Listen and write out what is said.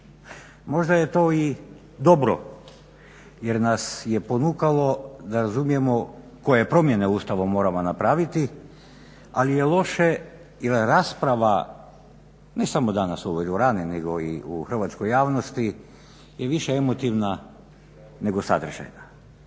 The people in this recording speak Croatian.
Možda je to i dobro jer nas je ponukalo da razumijemo koje promjene ustavom moramo napraviti ali je loše jel rasprava ne samo danas u ovoj dvorani nego i u hrvatskoj javnosti i više emotivna nego sadržajna.